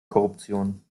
korruption